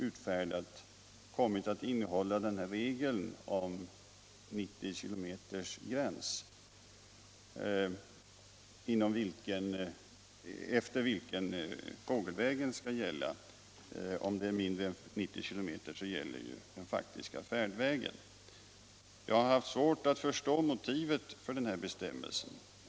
utfärdat kommit att innehålla regeln om att ersättningen vid avstånd på 90 km eller mer skall beräknas efter fågelvägen. Om avståndet är mindre än 90 km, gäller den faktiska färdvägen. Jag har haft svårt att förstå motivet för den här bestämmelsen.